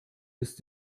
ist